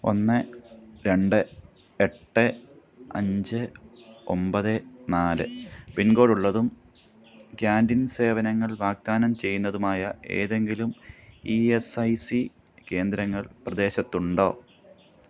ഒന്ന് രണ്ട് എട്ട് അഞ്ച് ഒമ്പത് നാല് പിൻകോഡ് ഉള്ളതും കാൻറീൻ സേവനങ്ങൾ വാഗ്ദാനം ചെയ്യുന്നതുമായ ഏതെങ്കിലും ഇ എസ് ഐ സി കേന്ദ്രങ്ങൾ പ്രദേശത്തുണ്ടോ